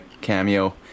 cameo